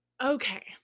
Okay